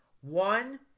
One